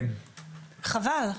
חבל.